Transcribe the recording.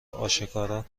آشکارا